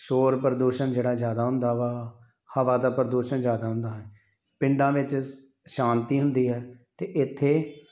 ਸ਼ੋਰ ਪ੍ਰਦੂਸ਼ਣ ਜਿਹੜਾ ਜ਼ਿਆਦਾ ਹੁੰਦਾ ਵਾ ਹਵਾ ਦਾ ਪ੍ਰਦੂਸ਼ਣ ਜ਼ਿਆਦਾ ਹੁੰਦਾ ਹੈ ਪਿੰਡਾਂ ਵਿੱਚ ਸ ਸ਼ਾਂਤੀ ਹੁੰਦੀ ਹੈ ਅਤੇ ਇੱਥੇ